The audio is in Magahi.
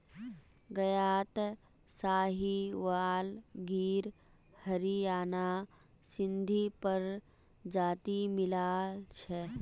गायत साहीवाल गिर हरियाणा सिंधी प्रजाति मिला छ